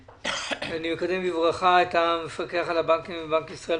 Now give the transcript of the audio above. אני מקדם בברכה את המפקח על הבנקים בבנק ישראל,